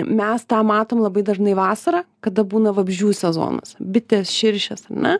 mes tą matom labai dažnai vasarą kada būna vabzdžių sezonas bitės širšės ar ne